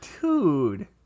Dude